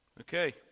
Okay